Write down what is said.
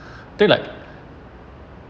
paid like